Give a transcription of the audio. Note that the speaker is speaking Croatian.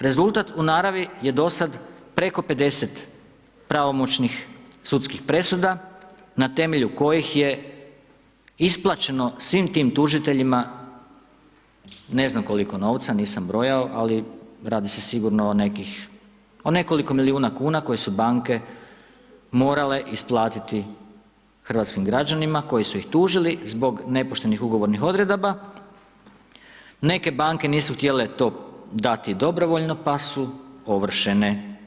Rezultat u naravi je do sada preko 50 pravomoćnih sudanskih presuda, na temelju kojih je isplaćeno svim tim tužiteljima, ne znam koliko novca, nisam brojao, ali radi se sigurno o nekih, o nekoliko milijuna kuna koje su banke morale isplatiti hrvatskim građanima, koji su ih tužili zbog nepoštenih ugovornih odredaba, neke banke nisu htjele to dati dobrovoljno, pa su ovršene.